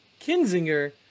Kinzinger